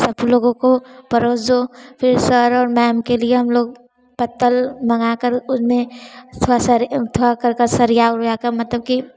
सब लोगों को परोस दो फिर सर और मैम के लिए हम लोग पत्तल मंगाकर उन्हें थोड़ा सा थोड़ा कर कर सरिया उरिया कर मतलब कि